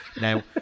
Now